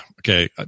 okay